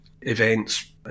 events